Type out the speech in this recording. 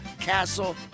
castle